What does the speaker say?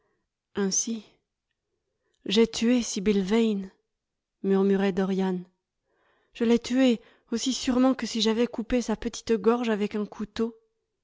ainsi j'ai tué sibyl vane murmurait dorian je l'ai tuée aussi sûrement que si j'avais coupé sa petite gorge avec un couteau